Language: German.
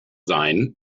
sein